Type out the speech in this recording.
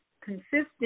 consistent